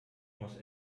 muss